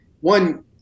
one